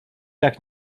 tak